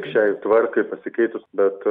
šiai tvarkai pasikeitus bet